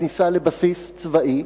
בכניסה לבסיס צבאי,